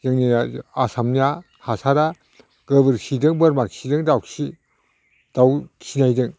जोंनिया आसामनिया हासारा गोबोरखिजों बोरमाखिजों दाउखि दाउ खिनायजों